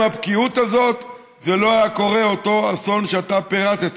הבקיאות הזו לא היה קורה אותו אסון שאתה פירטת.